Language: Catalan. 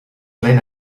lent